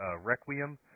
Requiem